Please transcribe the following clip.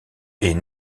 est